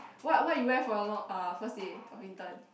what what you wear for your ah first day of intern